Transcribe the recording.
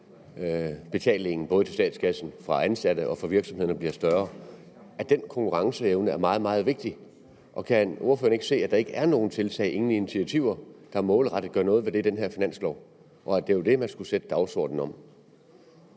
skattebetalingen til statskassen både fra ansatte og fra virksomheder bliver større, er meget, meget vigtig? Kan ordføreren ikke se, at der ikke er nogen tiltag, ikke nogen initiativer, der målrettet gør noget ved det, i den her finanslov, og at det jo er det, man skulle sætte dagsordenen for?